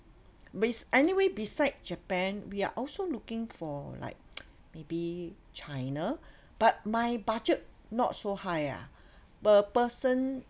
bas~ anyway beside japan we are also looking for like maybe china but my budget not so high ah per person